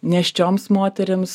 nėščioms moterims